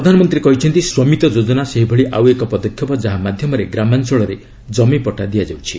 ପ୍ରଧାନମନ୍ତ୍ରୀ କହିଛନ୍ତି ସ୍ୱମିତ ଯୋଜନା ସେହିଭଳି ଆଉ ଏକ ପଦକ୍ଷେପ ଯାହା ମାଧ୍ୟମରେ ଗ୍ରାମାଞ୍ଚଳରେ ଜମି ପଟା ଦିଆଯାଉଛି